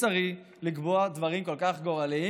ומוסרי לקבוע דברים כל כך גורליים.